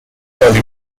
early